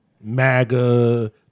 MAGA